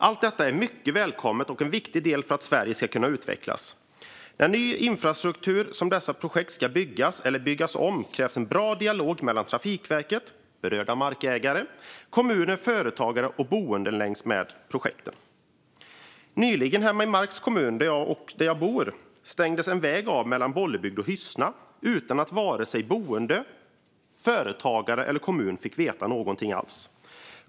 Allt detta är mycket välkommet och en viktig del i att Sverige ska kunna utvecklas. När infrastruktur som dessa projekt ska byggas eller byggas om krävs bra dialog mellan Trafikverket, berörda markägare, kommuner, företagare och boende längs med projektens sträckning. Hemma i Marks kommun, där jag bor, stängdes nyligen en väg av mellan Bollebygd och Hyssna utan att vare sig boende, företagare eller kommun fick veta något alls.